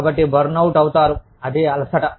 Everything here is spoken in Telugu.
కాబట్టి బర్న్అవుట్ అనేది అలసట